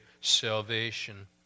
salvation